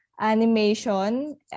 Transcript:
animation